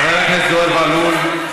חבר הכנסת זוהיר בהלול,